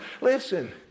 listen